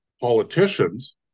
politicians